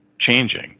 changing